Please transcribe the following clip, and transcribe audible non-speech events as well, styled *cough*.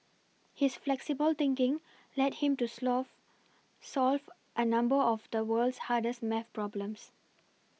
his flexible thinking led him to *unintelligible* solve a number of the world's hardest math problems